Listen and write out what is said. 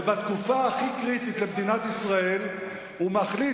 ובתקופה הכי קריטית למדינת ישראל הוא מחליט